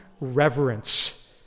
reverence